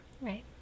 Right